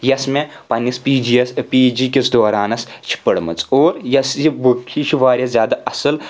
یُس مےٚ پَنٛنِس پی جی یَس پی جی کِس دورَانَس چھِ پٔرمٕژ اور یۄس یہِ بُک یہِ چھِ واریاہ زیادٕ اصل